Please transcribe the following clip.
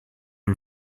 und